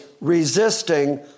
resisting